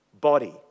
body